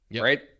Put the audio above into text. right